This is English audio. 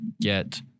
get